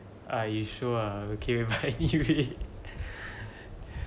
are you sure okay but anyway